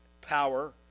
power